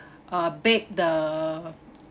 uh bake the